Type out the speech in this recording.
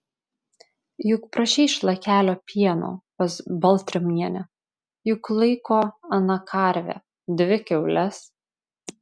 juk prašei šlakelio pieno pas baltrimienę juk laiko ana karvę dvi kiaules